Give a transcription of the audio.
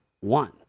one